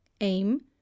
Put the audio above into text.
Aim